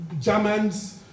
Germans